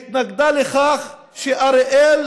התנגדה לכך שאריאל